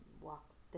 walks